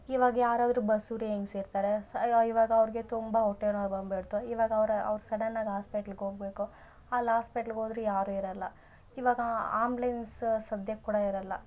ಇವಾಗ ಯಾರಾದರು ಬಸುರಿ ಹೆಂಗ್ಸ್ ಇರ್ತಾರೆ ಸ್ ಇವಾಗ ಅವ್ರಿಗೆ ತುಂಬ ಹೊಟ್ಟೆನೋವ್ ಬಂದ್ಬಿಡ್ತು ಇವಾಗ ಅವ್ರು ಅವ್ರು ಸಡನಾಗಿ ಹಾಸ್ಪೆಟ್ಲ್ಗ್ ಹೋಗ್ಬೇಕು ಅಲ್ಲಿ ಹಾಸ್ಪೆಟ್ಲ್ಗ್ ಹೋದ್ರು ಯಾರು ಇರಲ್ಲ ಇವಾಗಾ ಆಂಬ್ಲೆನ್ಸ್ ಸಧ್ಯಕ್ ಕೂಡ ಇರಲ್ಲ